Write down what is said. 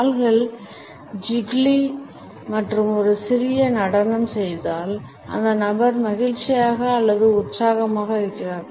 கால்கள் ஜிகிளி மற்றும் ஒரு சிறிய நடனம் செய்தால் அந்த நபர் மகிழ்ச்சியாக அல்லது உற்சாகமாக இருக்கிறார்